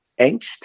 angst